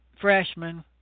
freshman